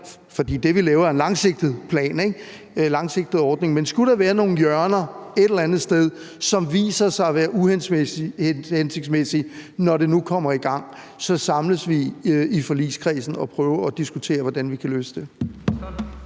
fordi det, vi laver, er en langsigtet plan, en langsigtet ordning, at skulle der et eller andet sted være nogle hjørner, som viser sig at være uhensigtsmæssige, når det nu kommer i gang, så samles vi i forligskredsen og prøver at diskutere, hvordan vi kan løse det.